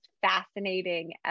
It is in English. fascinating